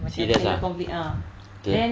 serious ah okay